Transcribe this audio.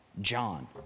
John